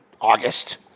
August